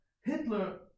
Hitler